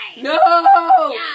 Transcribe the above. No